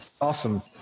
Awesome